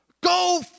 go